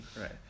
right